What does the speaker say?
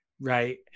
Right